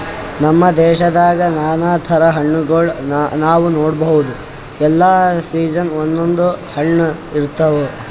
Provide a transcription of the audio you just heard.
ನಮ್ ದೇಶದಾಗ್ ನಾನಾ ಥರದ್ ಹಣ್ಣಗೋಳ್ ನಾವ್ ನೋಡಬಹುದ್ ಎಲ್ಲಾ ಸೀಸನ್ಕ್ ಒಂದೊಂದ್ ಹಣ್ಣ್ ಇರ್ತವ್